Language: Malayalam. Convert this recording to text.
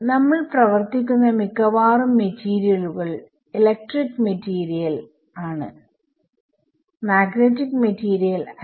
നമ്മൾ പ്രവർത്തിക്കുന്ന മിക്കവാറും മെറ്റീരിയലുകൾ ഇലക്ട്രിക് മെറ്റീരിയൽ ആണ്മാഗ്നെറ്റിക് മെറ്റീരിയൽ അല്ല